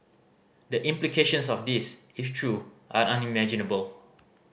the implications of this if true are unimaginable